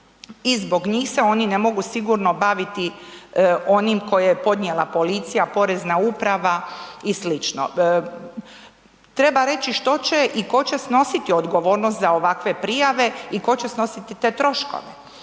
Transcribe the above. i zbog njih se oni ne mogu sigurno baviti onim koje je podnijela policija, Porezna uprava i sl. Treba reći što će i tko će snositi odgovornost za ovakve prijave i tko će snositi te troškove